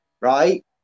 right